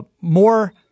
more